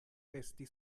festi